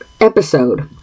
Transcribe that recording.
episode